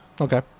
Okay